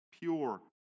pure